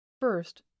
First